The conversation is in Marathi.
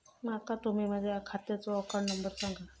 माका तुम्ही माझ्या खात्याचो अकाउंट नंबर सांगा?